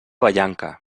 vallanca